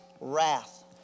wrath